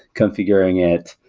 configuring it,